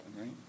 right